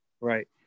right